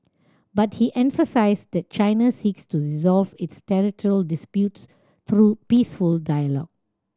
but he emphasised that China seeks to resolve its territorial disputes through peaceful dialogue